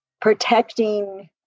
protecting